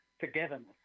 togetherness